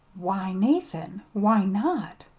why, nathan why not?